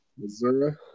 Missouri